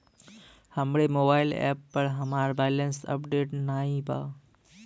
हमरे mobile app पर हमार बैलैंस अपडेट नाई बा